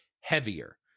heavier